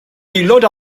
aelod